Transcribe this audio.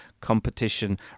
competition